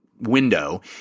window